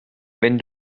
wenn